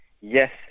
yes